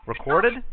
Recorded